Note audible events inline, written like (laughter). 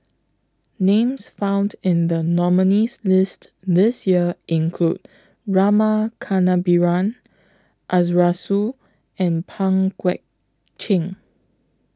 Names found in The nominees list This Year include Rama Kannabiran (unintelligible) and Pang Guek Cheng